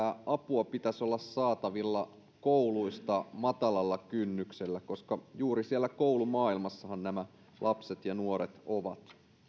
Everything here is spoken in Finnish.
että apua pitäisi olla saatavilla kouluista matalalla kynnyksellä koska juuri siellä koulumaailmassahan nämä lapset ja nuoret ovat